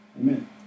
Amen